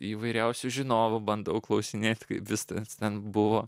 įvairiausių žinovų bandau klausinėti kaip viskas ten buvo